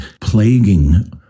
plaguing